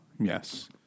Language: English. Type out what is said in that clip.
Yes